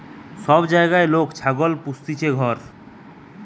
সব জাগায় লোক ছাগল পুস্তিছে ঘর